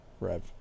Rev